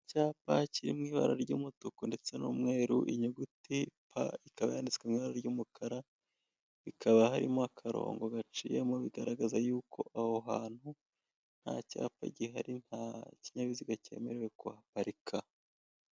Icyapa kiri mu ibara ry'umutu ndetse n'umweru, inyuguti pa ikaba yanditswe mu ibara ry'umukara, ikaba harimo akarongo gaciyemo bigaragaza yuko aho hantu nta cyapa gihari nta kinyabiziga kemerewe kuhaparika.